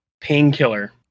painkiller